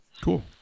Cool